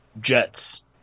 jets